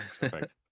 Perfect